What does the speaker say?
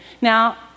Now